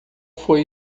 foi